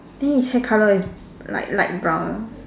then his hair color is like light brown